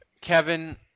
Kevin